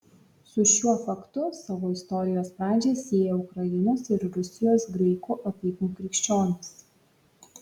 su šiuo faktu savo istorijos pradžią sieją ukrainos ir rusijos graikų apeigų krikščionys